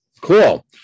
Cool